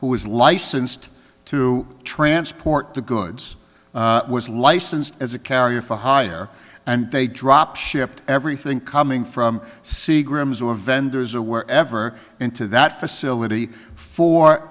who was licensed to transport the goods was licensed as a carrier for hire and they drop shipped everything coming from seagram's or vendors or wherever into that facility for